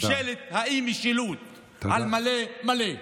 ממשלת האי-משילות על מלא מלא.